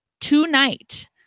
tonight